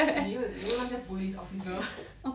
你用你用那些 police officer